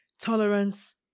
tolerance